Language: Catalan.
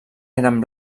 eren